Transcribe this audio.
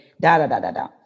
da-da-da-da-da